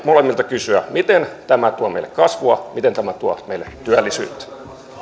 molemmilta kysyä miten tämä tuo meille kasvua miten tämä tuo meille työllisyyttä